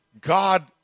God